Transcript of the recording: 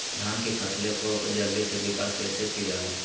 धान की फसलें को जल्दी से विकास कैसी कि जाला?